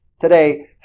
today